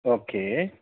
okay